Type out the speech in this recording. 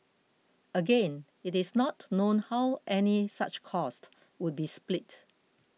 again it is not known how any such cost would be split